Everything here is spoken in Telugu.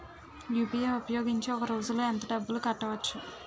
యు.పి.ఐ ఉపయోగించి ఒక రోజులో ఎంత డబ్బులు కట్టవచ్చు?